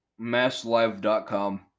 MassLive.com